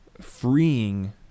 freeing